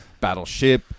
Battleship